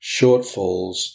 shortfalls